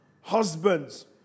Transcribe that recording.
Husbands